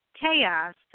chaos